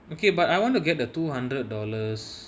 okay but I want to get the two hundred dollars